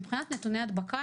מבחינת נתוני הדבקה,